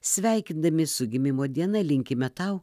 sveikindami su gimimo diena linkime tau